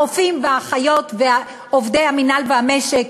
הרופאים והאחיות ועובדי המינהל והמשק,